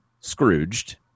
Scrooged